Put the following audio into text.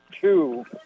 two